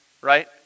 right